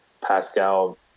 Pascal